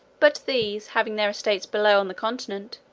but these having their estates below on the continent,